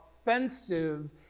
offensive